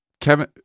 Kevin